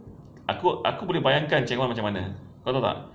aku aku boleh bayankan cheng mun macam mana